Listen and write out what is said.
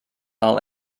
all